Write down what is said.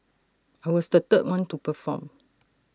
I was the third one to perform